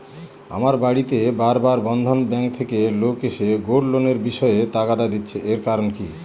আমার বাড়িতে বার বার বন্ধন ব্যাংক থেকে লোক এসে গোল্ড লোনের বিষয়ে তাগাদা দিচ্ছে এর কারণ কি?